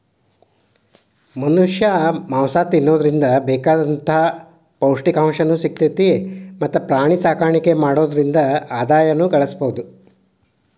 ಮನಷ್ಯಾ ಮಾಂಸ ತಿನ್ನೋದ್ರಿಂದ ಬೇಕಾದಂತ ಪೌಷ್ಟಿಕಾಂಶನು ಸಿಗ್ತೇತಿ ಮತ್ತ್ ಪ್ರಾಣಿಸಾಕಾಣಿಕೆ ಮಾಡೋದ್ರಿಂದ ಆದಾಯನು ಗಳಸಬಹುದು